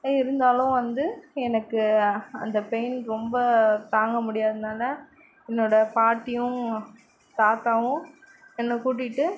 இருந்தாலும் வந்து எனக்கு அந்த பெயின் ரொம்ப தாங்க முடியாததுனால என்னோட பாட்டியும் தாத்தாவும் என்னை கூட்டிகிட்டு